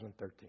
2013